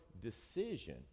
decision